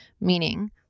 meaning